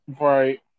Right